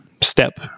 step